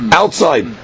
outside